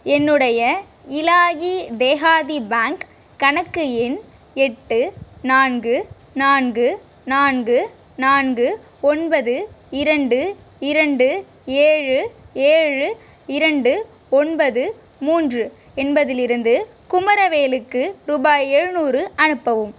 என்னுடைய இலாகி தேஹாதி பேங்க் கணக்கு எண் எட்டு நான்கு நான்கு நான்கு நான்கு ஒன்பது இரண்டு இரண்டு ஏழு ஏழு இரண்டு ஒன்பது மூன்று என்பதில் இருந்து குமரவேலுக்கு ரூபாய் எழுநூறு அனுப்பவும்